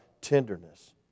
Tenderness